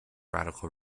radical